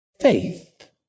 faith